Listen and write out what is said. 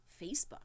Facebook